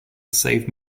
save